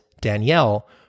Danielle